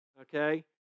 Okay